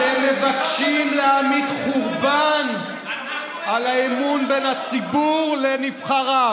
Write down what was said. אתם מבקשים להמיט חורבן על האמון בין הציבור לנבחריו.